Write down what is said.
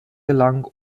lang